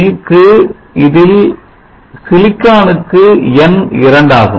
நீக்கு இதில் silicon க்கு n இரண்டாகும்